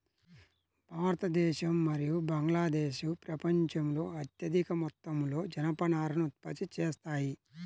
భారతదేశం మరియు బంగ్లాదేశ్ ప్రపంచంలో అత్యధిక మొత్తంలో జనపనారను ఉత్పత్తి చేస్తాయి